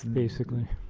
basically.